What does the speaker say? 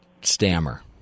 stammer